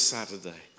Saturday